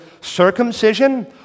circumcision